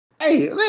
Hey